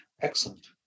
Excellent